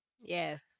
Yes